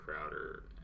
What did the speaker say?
Crowder